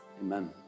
Amen